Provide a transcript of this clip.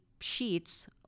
sheets